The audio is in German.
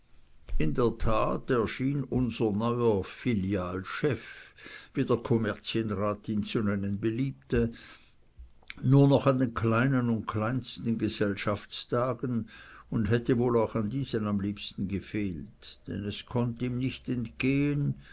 in der tat erschien unser neuer filialchef wie der kommerzienrat ihn zu nennen beliebte nur noch an den kleinen und kleinsten gesellschaftstagen und hätte wohl auch an diesen am liebsten gefehlt denn es konnt ihm nicht entgehen